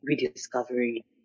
rediscovery